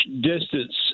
distance